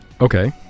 Okay